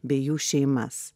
bei jų šeimas